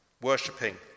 worshipping